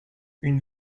une